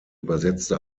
übersetzte